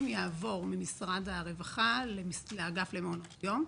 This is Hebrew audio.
יעבור ממשרד הרווחה לאגף למעונות יום.